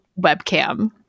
webcam